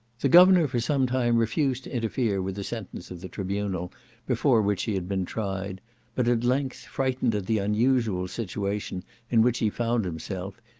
the governor for some time refused to interfere with the sentence of the tribunal before which he had been tried but at length, frightened at the unusual situation in which he found himself,